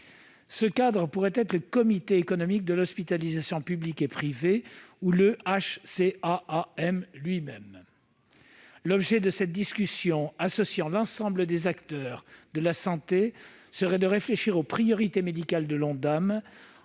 Ce cadre pourrait être l'Observatoire économique de l'hospitalisation publique et privée, ou le HCAAM lui-même. L'objet de cette discussion associant l'ensemble des acteurs de la santé serait de réfléchir aux priorités médicales de l'Ondam